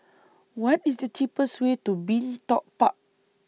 What IS The cheapest Way to Bin Tong Park